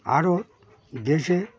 আরও দেশে